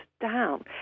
down